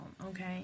Okay